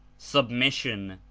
submission,